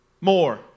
More